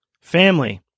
family